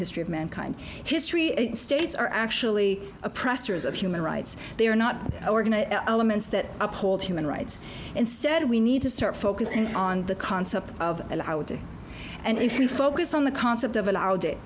history of mankind history it states are actually oppressors of human rights they are not organized elements that uphold human rights and said we need to start focusing on the concept of and if we focus on the concept of allowed it